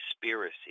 Conspiracy